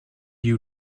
you